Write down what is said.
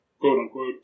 quote-unquote